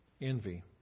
envy